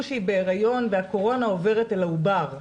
שהיא בהריון והקורונה עוברת אל העובר.